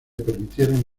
permitieron